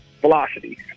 velocity